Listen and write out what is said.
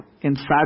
inside